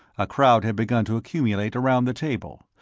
a crowd had begun to accumulate around the table.